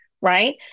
right